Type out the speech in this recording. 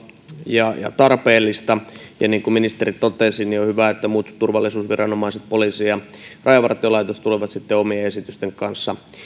ja ja tarpeellista ja niin kuin ministeri totesi on hyvä että muut turvallisuusviranomaiset poliisi ja rajavartiolaitos tulevat sitten omien esitysten kanssa